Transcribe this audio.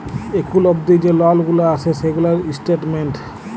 এখুল অবদি যে লল গুলা আসে সেগুলার স্টেটমেন্ট